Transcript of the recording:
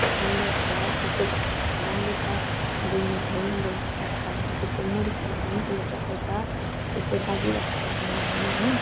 राम्रो हुन्छ त्यसो भएर अब राम्रो छ बोल्नुहरू पनि बोल्ने तरिकाहरूमा त्यसो म रिसाएँ भने पनि उसले फकाउँछ ऊ त्यस्तो बाझिरहनु पर्दैन हामी होइन